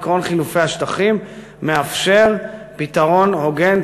עקרון חילופי השטחים מאפשר פתרון הוגן,